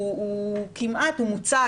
שהוא מוצג,